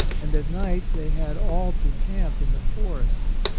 and at night they had all to camp in the forests.